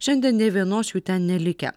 šiandien nė vienos jų ten nelikę